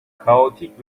kaotik